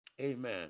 Amen